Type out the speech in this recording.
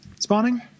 spawning